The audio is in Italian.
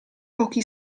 pochi